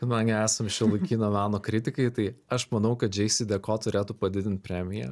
kadangi esam šiuolaikinio meno kritikai tai aš manau kad džeisideko turėtų padidint premiją